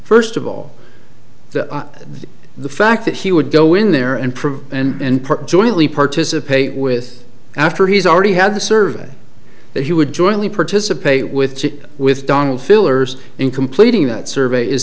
first of all the fact that he would go in there and provide and jointly participate with after he's already had the survey that he would jointly participate with with donald fillers in completing that survey is